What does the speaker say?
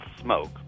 Smoke